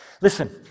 Listen